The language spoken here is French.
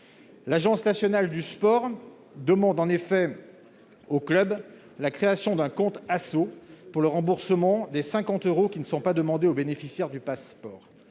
L'Agence nationale du sport demande en effet aux clubs la création d'un « compte asso » pour le remboursement des 50 euros qui ne sont pas demandés aux bénéficiaires du Pass'Sport.